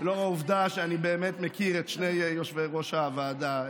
לאור העובדה שאני באמת מכיר את שני יושבי-ראש הוועדה,